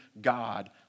God